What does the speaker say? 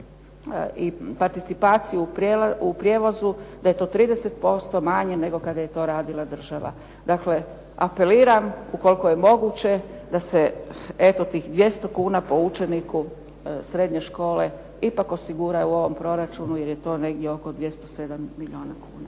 participaciju u prijevozu da je to 30% manje, nego kada je to radila država. Dakle, apeliram ukoliko je moguće da se tih 200 kuna po učeniku srednje škole, ipak osigura u ovom proračunu jer je to negdje oko 207 milijuna kuna.